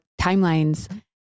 timelines